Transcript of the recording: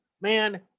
Man